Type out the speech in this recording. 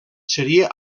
seria